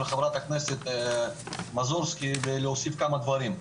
חברת הכנסת מזרסקי ולהוסיף כמה דברים,